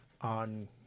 on